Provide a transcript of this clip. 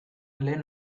lehen